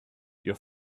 your